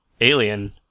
alien